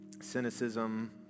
cynicism